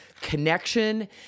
connection